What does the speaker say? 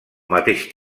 mateix